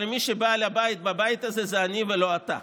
אבל אני בעל הבית הזה, ולא אתה,